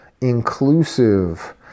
inclusive